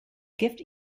gift